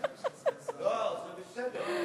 לא, זה בסדר.